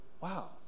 wow